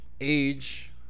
age